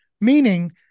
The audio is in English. meaning